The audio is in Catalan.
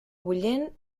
bullent